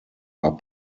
are